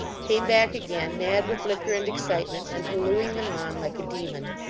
came back again, mad with liquor and excitement, and hallooing them on like a demon.